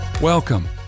Welcome